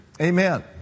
Amen